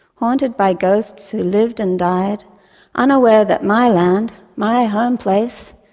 haunted by ghosts who lived and died unaware that my land, my homeplace,